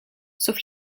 sauf